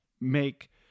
make